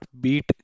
beat